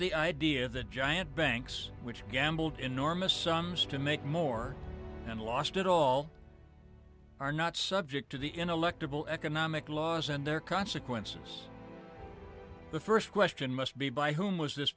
the idea of the giant banks which gambled enormous sums to make more and lost it all are not subject to the electable economic laws and their consequences the first question must be by whom was this